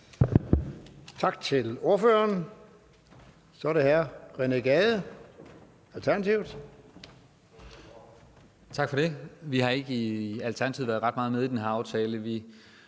Tak til ordføreren. Så er det hr. René Gade, Alternativet.